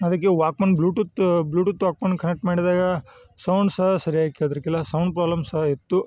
ಅದಕ್ಕೆ walkman bluetooth bluetooth walkman connect ಮಾಡಿದಾಗ sound ಸಹ ಸರಿಯಾಗಿ ಕೇದ್ರ್ಕಿಲ್ಲ ಸೌಂಡ್ ಪ್ರಾಬ್ಲಮ್ ಸಹ ಇತ್ತು